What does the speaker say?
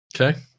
Okay